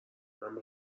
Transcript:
عمه